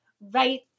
right